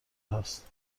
هست